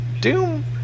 doom